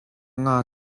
nga